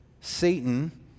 Satan